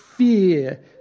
Fear